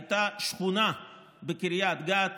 הייתה שכונה בקריית גת